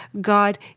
God